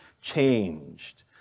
changed